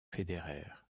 federer